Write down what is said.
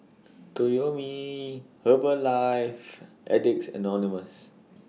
Toyomi Herbalife Addicts Anonymous